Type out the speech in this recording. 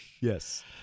yes